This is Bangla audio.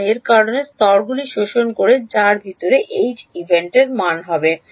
কারণ এর কারণে স্তরগুলি শোষণ করে যা ভিতরে এইচ ইভেন্টের মান হবে